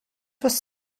was